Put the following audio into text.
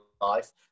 life